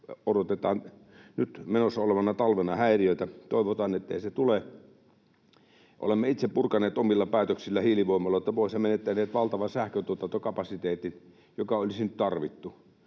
odotetaan nyt menossa olevana talvena häiriöitä. Toivotaan, ettei niitä tule. Olemme itse purkaneet omilla päätöksillämme hiilivoimaloita, vuodessa menettäneet valtavan sähköntuotantokapasiteetin, jota olisi nyt tarvittu.